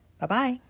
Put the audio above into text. Bye-bye